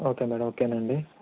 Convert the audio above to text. okay madam okay నండి